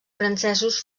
francesos